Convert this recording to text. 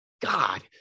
God